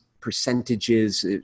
percentages